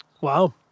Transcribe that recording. Wow